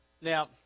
Now